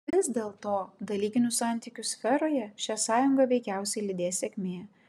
vis dėlto dalykinių santykių sferoje šią sąjungą veikiausiai lydės sėkmė